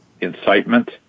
incitement